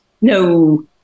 No